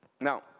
Now